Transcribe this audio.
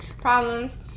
problems